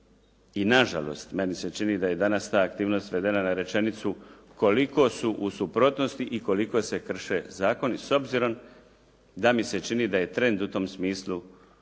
I na žalost, meni se čini da je danas ta aktivnost svedena na rečenicu, koliko su u suprotnosti i koliko se krše zakoni s obzirom da mi se čini da je trend u tom smislu negativna